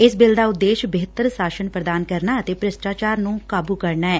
ਇਸ ਬਿੱਲ ਦਾ ਉਦੇਸ਼ ਬਿਹਤਰ ਸਾਸਨ ਪ੍ਦਾਨ ਕਰਨਾ ਅਤੇ ਭ੍ਸਿਸਟਾਚਾਰ ਨੂੰ ਕਾਬੂ ਕਰਨਾ ਐ